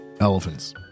elephants